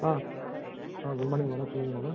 ஆ ஆ good morning madam சொல்லுங்கள் madam